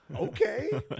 okay